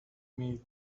meal